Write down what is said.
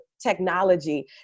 technology